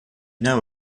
know